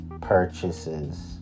purchases